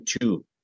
two